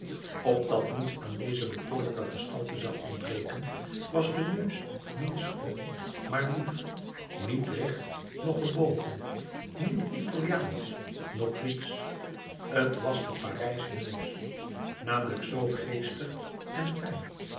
opdat niets aan deze bekoorlijke gestalte zou ontbreken was de neus niet schoon maar lief niet recht noch gebogen niet italiaansch noch grieksch t was de parijsche neus namelijk zoo geestig en fijn